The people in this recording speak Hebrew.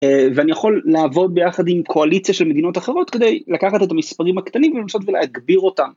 ואני יכול לעבוד ביחד עם קואליציה של מדינות אחרות כדי לקחת את המספרים הקטנים ולנסות ולהגביר אותם.